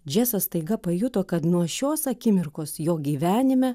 džesas staiga pajuto kad nuo šios akimirkos jo gyvenime